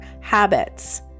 habits